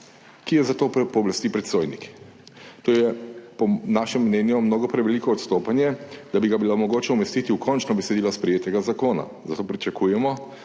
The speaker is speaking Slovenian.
ki je za to pooblasti predstojnik. To je, po našem mnenju, mnogo preveliko odstopanje, da bi ga bilo mogoče umestiti v končno besedilo sprejetega zakona. Zato pričakujemo,